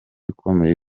ikomeye